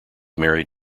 married